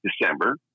December